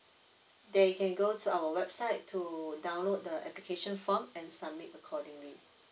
they can go to our website to download the application form and submit accordingly